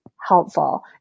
helpful